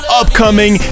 upcoming